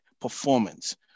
performance